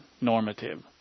normative